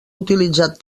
utilitzat